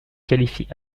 qualifie